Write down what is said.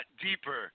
deeper